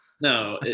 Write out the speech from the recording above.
No